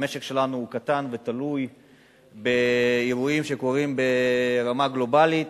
המשק שלנו קטן ותלוי באירועים שקורים ברמה הגלובלית,